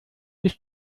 ist